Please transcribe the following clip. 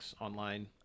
online